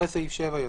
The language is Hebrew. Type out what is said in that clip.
אחרי סעיף 7 יבוא: